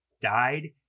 died